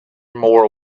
more